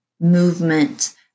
movement